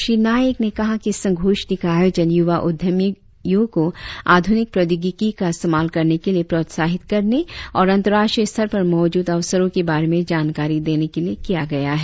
क्षी नाइक ने कहा कि इस संगोष्ठी का आयोजन युवा उद्यमियों को आधुनिक प्रौद्योगिकी का इस्तेमाल करने के लिए प्रोतसाहित करने और अंतराष्ट्रीय स्तर पर मौजूद अवसरों के बारे में जानकारी देने के लिए किया गया है